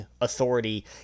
authority